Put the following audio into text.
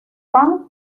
pan